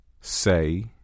Say